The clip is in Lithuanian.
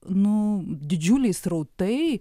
nu didžiuliai srautai